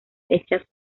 hechas